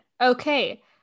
okay